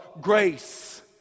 Grace